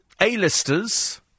A-listers